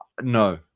no